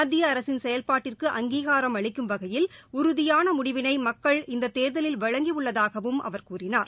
மத்திய அரசின் செயல்பாட்டிற்கு அங்கீகாரம் அளிக்கும் வகையில் உறுதியான முடிவினை மக்கள் இந்த தேர்தலில் வழங்கியுள்ளதாகவும் அவர் கூறினார்